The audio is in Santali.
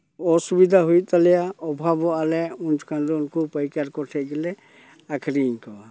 ᱚᱥᱩᱵᱤᱫᱟ ᱦᱩᱭᱩᱜ ᱛᱟᱞᱮᱭᱟ ᱚᱵᱷᱟᱵᱚᱜᱼᱟ ᱞᱮ ᱩᱱ ᱡᱚᱠᱷᱟᱱ ᱫᱚ ᱩᱱᱠᱩ ᱯᱟᱹᱭᱠᱟᱹᱨ ᱠᱚ ᱴᱷᱮᱱ ᱜᱮᱞᱮ ᱟᱠᱷᱨᱤᱧ ᱠᱚᱣᱟ